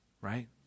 right